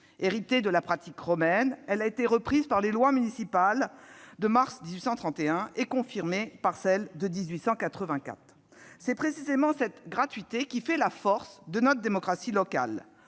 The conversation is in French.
Héritée de la pratique romaine, elle a été reprise dans les lois municipales de mars 1831 et confirmée par celle de 1884. C'est précisément cette gratuité qui fait la force de notre démocratie locale.